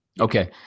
Okay